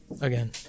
again